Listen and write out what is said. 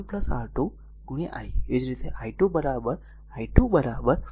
તેથી v R1 R2 R1 R2 i